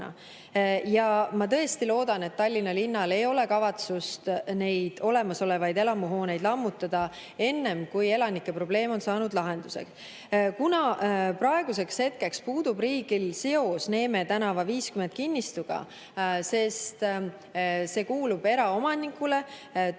Ma tõesti loodan, et Tallinna linnal ei ole kavatsust neid olemasolevaid eluhooneid lammutada enne, kui elanike probleem on saanud lahenduse. Praeguseks hetkeks puudub riigil seos Neeme tänav 50 kinnistuga, sest see kuulub eraomanik Toonart